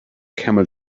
camel